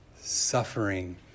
suffering